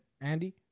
andy